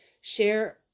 share